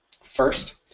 First